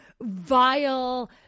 vile